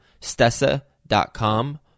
stessa.com